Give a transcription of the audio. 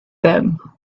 them